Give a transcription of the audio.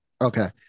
Okay